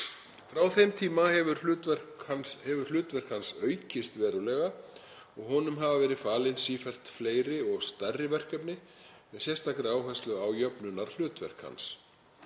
Frá þeim tíma hefur hlutverk hans aukist verulega og honum hafa verið falin sífellt fleiri og stærri verkefni með sérstakri áherslu á jöfnunarhlutverk hans.